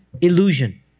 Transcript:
illusion